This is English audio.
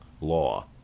law